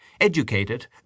educated